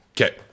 Okay